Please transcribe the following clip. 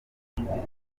igitaramo